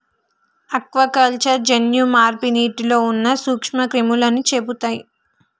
aquaculture జన్యు మార్పు నీటిలో ఉన్న నూక్ష్మ క్రిములని చెపుతయ్